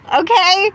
okay